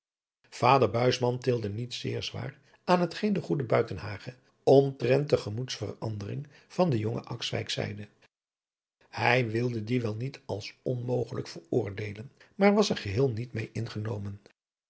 buisman tilde niet zeer zwaar aan hetgeen de goede buitenhagen omtrent de gemoedsverandering van den jongen akswijk zeide hij wilde die wel niet als onmogelijk veroordeelen maar was er geheel niet meê ingenomen